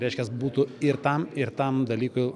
reiškias būtų ir tam ir tam dalykui